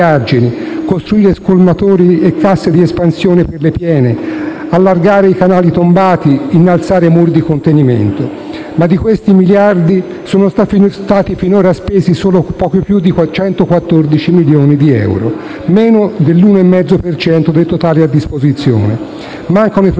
costruire scolmatori e casse di espansione per le piene, allargare i canali tombati, innalzare muri di contenimento. Di questi miliardi, però, sono stati finora spesi solo poco più di 114 milioni di euro, meno dell'1,5 per cento del totale a disposizione. Mancano i progetti